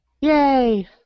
Yay